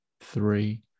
three